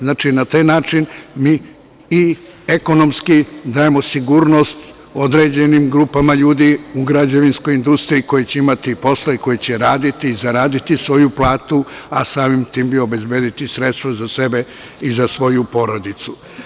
Znači, na taj način mi i ekonomski dajemo sigurnost određenim grupama ljudi u građevinskoj industriji, koji će imati posla i koji će raditi i zaraditi svoju platu, a samim tim obezbediti sredstva za sebe i svoju porodicu.